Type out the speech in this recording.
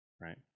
right